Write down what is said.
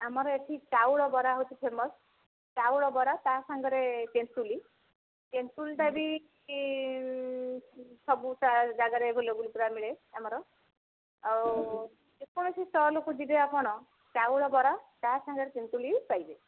ଆମର ଏଠି ଚାଉଳ ବରା ହେଉଛି ଫେମସ୍ ଚାଉଳ ବରା ତା' ସାଙ୍ଗରେ ତେନ୍ତୁଳି ତେନ୍ତୁଳିଟା ବି ସବୁ ଜାଗାରେ ଆଭେଲେବୁଲ୍ ପୁରା ମିଳେ ଆମର ଆଉ ଯେକୌଣସି ଷ୍ଟଲ୍କୁ ଯିବେ ଆପଣ ଚାଉଳ ବରା ତା' ସାଙ୍ଗରେ ତେନ୍ତୁଳି ପାଇବେ